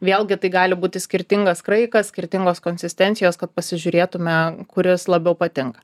vėlgi tai gali būti skirtingas kraikas skirtingos konsistencijos kad pasižiūrėtumėm kuris labiau patinka